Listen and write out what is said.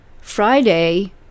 Friday